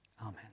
Amen